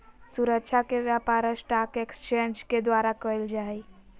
सुरक्षा के व्यापार स्टाक एक्सचेंज के द्वारा क़इल जा हइ